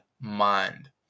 mind